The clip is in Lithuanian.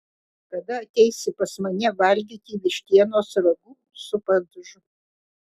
kada ateisi pas mane valgyti vištienos ragu su padažu